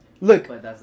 Look